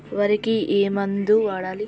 వరికి ఏ మందు వాడాలి?